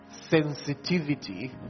sensitivity